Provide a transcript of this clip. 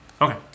Okay